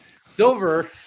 silver